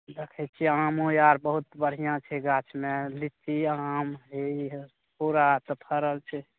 देखै छियै आमो आर बहुत बढ़िआँ छै गाछमे लीची आम ई पूरा सभ फड़ल छै